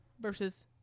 versus